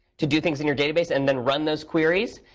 to do things in your database and then run those queries.